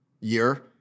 year